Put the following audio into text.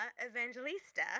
Evangelista